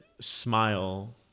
smile